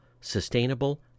sustainable